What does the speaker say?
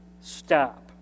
stop